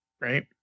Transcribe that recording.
right